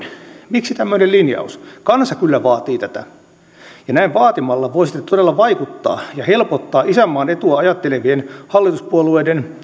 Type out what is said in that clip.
miksi tämmöinen linjaus kansa kyllä vaatii tätä näin vaatimalla voisitte todella vaikuttaa ja helpottaa isänmaan etua ajattelevien hallituspuolueiden